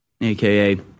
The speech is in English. aka